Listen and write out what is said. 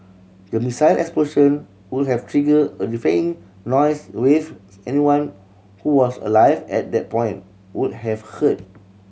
the missile explosion would have triggered a deafening noise wave anyone who was alive at that point would have heard